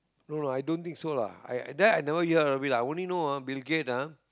no lah i don't think so lah I I that I never hear of it I only know ah Bill-Gate ah